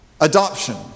Adoption